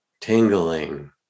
tingling